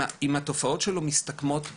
אם התופעות שלו מסתכמות בלמשל,